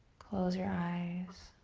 close your eyes.